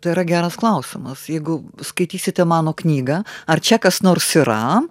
tai yra geras klausimas jeigu skaitysite mano knygą ar čia kas nors yra